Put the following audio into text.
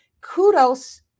kudos